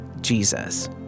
Jesus